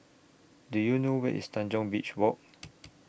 Do YOU know Where IS Tanjong Beach Walk